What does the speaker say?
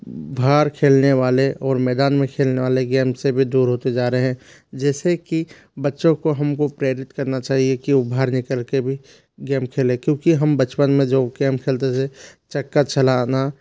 बाहर खेलने वाले और मैदान में खेलने वाले गेम से भी दूर होते जा रहे हैं जैसे कि बच्चों को हमको प्रेरित करना चाहिए कि वो बाहर निकल के भी गेम खेलें क्योंकि हम बचपन में जो गेम खेलते थे चक्का चलाना